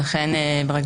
לכן ברגע